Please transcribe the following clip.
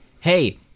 Hey